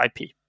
IP